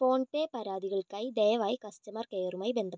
PhonePe പരാതികൾക്കായി ദയവായി customer കെയറുമായി ബന്ധപ്പെടുക